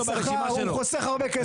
בשכר, הוא חוסך הרבה כסף.